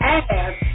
ass